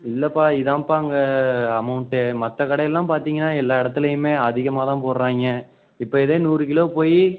இல்லைப்பா இதான்ப்பா அங்கே அமௌண்ட்டே மற்ற கடைலெலாம் பார்த்தீங்கன்னா எல்லா இடத்துலையுமே அதிகமாக தான் போடுறாய்ங்க இப்போ இதே நூறு கிலோ போய்